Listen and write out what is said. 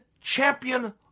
champion